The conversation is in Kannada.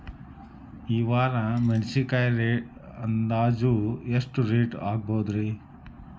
ಈ ವಾರ ಮೆಣಸಿನಕಾಯಿ ಅಂದಾಜ್ ಎಷ್ಟ ರೇಟ್ ಆಗಬಹುದ್ರೇ?